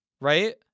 Right